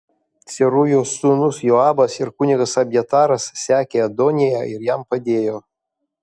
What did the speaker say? cerujos sūnus joabas ir kunigas abjataras sekė adoniją ir jam padėjo